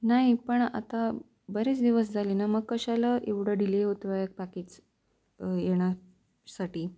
नाही पण आता बरेच दिवस झाले ना मग कशाला एवढं डिले होतो आहे पाकीज येण्यासाठी